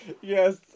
Yes